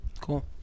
Cool